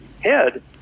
head